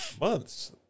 months